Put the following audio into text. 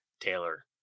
Taylor